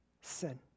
sin